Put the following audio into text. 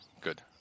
good